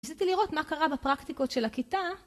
ניסיתי לראות מה קרה בפרקטיקות של הכיתה.